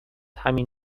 همین